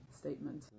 statement